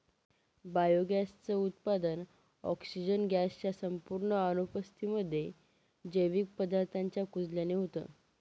biogas च उत्पादन, oxygen gas च्या संपूर्ण अनुपस्थितीमध्ये, जैविक पदार्थांच्या कुजल्याने होतं